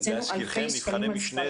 הוצאנו אלפי שקלים על ספרים --- נבחני